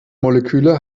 moleküle